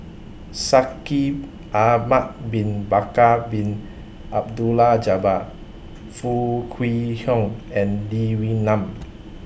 Shaikh Ahmad Bin Bakar Bin Abdullah Jabbar Foo Kwee Horng and Lee Wee Nam